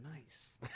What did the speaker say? nice